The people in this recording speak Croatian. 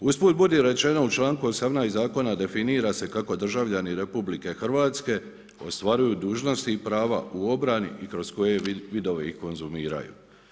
Uz put budi rečeno u članku 18. zakona definira se kako državljani RH ostvaruju dužnosti i prava u obrani i kroz vidove i konzumiraju.